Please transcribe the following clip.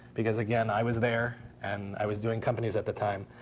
because again, i was there and i was doing companies at the time.